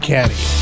Caddy